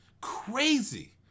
Crazy